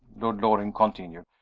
lord loring continued.